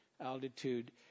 altitude